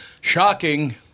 Shocking